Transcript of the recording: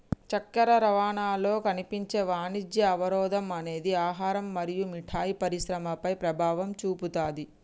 చక్కెర రవాణాలో కనిపించే వాణిజ్య అవరోధం అనేది ఆహారం మరియు మిఠాయి పరిశ్రమపై ప్రభావం చూపుతాది